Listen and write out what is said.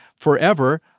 forever